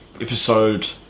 episode